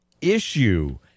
issue